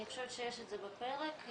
יש את זה בפרק,